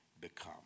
become